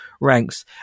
ranks